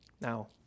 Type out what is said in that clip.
Now